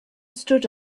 stood